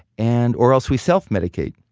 and or else we self-medicate.